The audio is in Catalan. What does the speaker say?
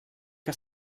que